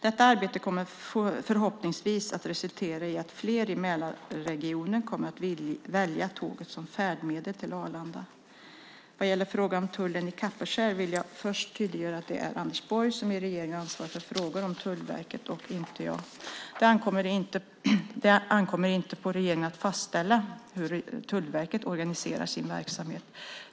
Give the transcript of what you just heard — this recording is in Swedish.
Detta arbete kommer förhoppningsvis att resultera i att fler i Mälarregionen kommer att välja tåget som färdmedel till Arlanda. Vad gäller frågan om tullen i Kapellskär vill jag först tydliggöra att det är Anders Borg som i regeringen ansvarar för frågor om Tullverket, och inte jag. Det ankommer inte på regeringen att fastställa hur Tullverket organiserar sin verksamhet.